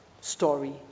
story